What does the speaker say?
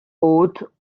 oath